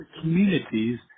communities